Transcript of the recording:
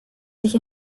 sich